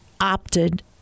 opted